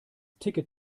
ticket